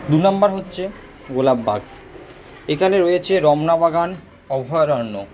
দু নম্বর হচ্ছে গোলাপবাগ এখানে রয়েছে রমনামাগান অভয়ারণ্য